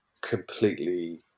completely